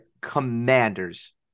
Commanders